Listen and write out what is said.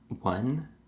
One